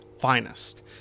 finest